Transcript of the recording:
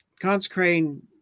consecrating